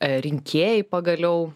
rinkėjai pagaliau